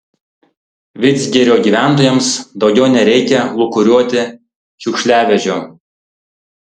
vidzgirio gyventojams daugiau nereikia lūkuriuoti šiukšliavežio